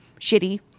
shitty